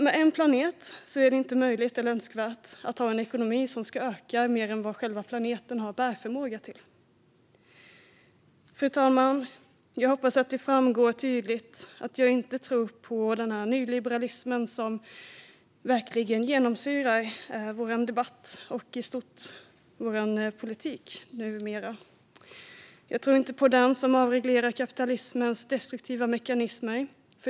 Med en planet är det inte möjligt eller önskvärt att ha en ekonomi som ska öka mer än vad själva planeten har bärförmåga till. Fru talman! Jag hoppas att det framgår tydligt att jag inte tror på nyliberalismen, som verkligen genomsyrar vår debatt och i stort vår politik numera. Jag tror inte på den som avreglerar kapitalismens destruktiva mekanismer.